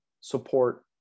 support